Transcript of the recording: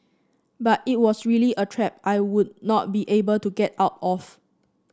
but it was really a trap I would not be able to get out of